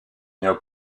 ayant